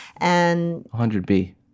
100B